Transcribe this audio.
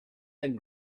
and